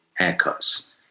haircuts